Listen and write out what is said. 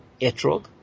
etrog